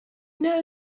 know